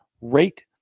rate